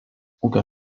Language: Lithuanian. ūkio